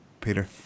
Peter